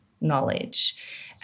knowledge